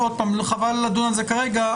חבל לדון על זה כרגע,